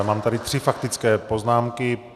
Mám tady tři faktické poznámky.